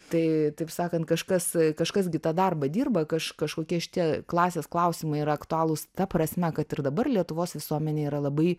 tai taip sakant kažkas kažkas gi tą darbą dirba kaž kažkokie šitie klasės klausimai yra aktualūs ta prasme kad ir dabar lietuvos visuomenė yra labai